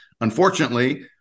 Unfortunately